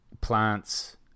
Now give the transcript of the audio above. plants